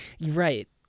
right